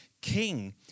king